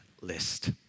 list